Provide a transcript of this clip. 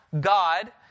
God